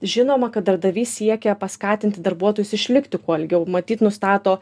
žinoma kad darbdavys siekia paskatinti darbuotojus išlikti kuo ilgiau matyt nustato